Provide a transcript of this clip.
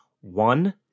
One